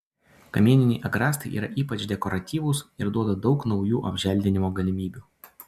kamieniniai agrastai yra ypač dekoratyvūs ir duoda daug naujų apželdinimo galimybių